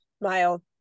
mile